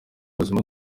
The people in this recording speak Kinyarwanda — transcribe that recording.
ubuzima